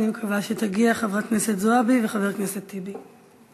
אני מקווה שיגיעו חברת הכנסת זועבי וחבר הכנסת טיבי.